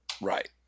Right